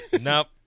Nope